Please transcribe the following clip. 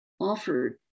offered